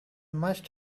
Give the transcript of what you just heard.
must